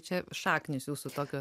čia šaknys jūsų tokios